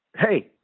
hey.